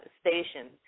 stations